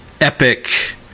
epic